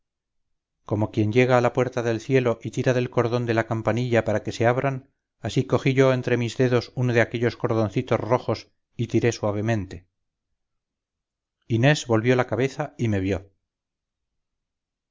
como quien llega a la puerta del cielo y tira del cordón de la campanilla para que le abran así cogí yo entre mis dedos uno de aquellos cordoncitos rojos y tiré suavemente inés volvió la cabeza y me vio